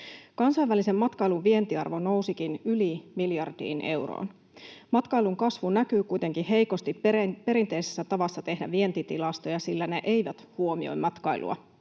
Kansainvälisen matkailun vientiarvo nousikin yli miljardiin euroon. Matkailun kasvu näkyy kuitenkin heikosti perinteisessä tavassa tehdä vientitilastoja, sillä ne eivät huomioi matkailua.